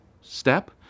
step